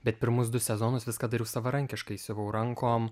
bet pirmus du sezonus viską dariau savarankiškai siuvau rankom